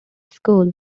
school